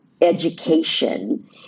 education